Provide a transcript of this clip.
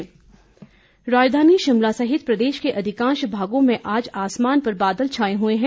मौसम राजधानी शिमला सहित प्रदेश के अधिकांश भागों में आज आसमान पर बादल छाए हुए हैं